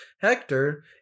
Hector